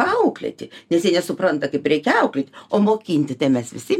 auklėti nes jie nesupranta kaip reikia auklėt o mokinti tai mes visi